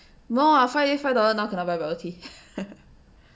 no five day five dollar now cannot buy bubble tea